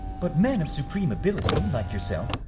but men of supreme ability, like yourself,